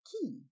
key